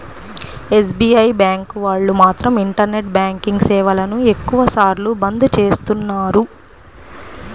SBI bank వాళ్ళు మాత్రం internet banking సేవలను ఎక్కువ సార్లు బంద్ చేస్తున్నారు